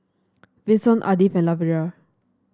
Vinson Ardith and Lavera